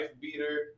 beater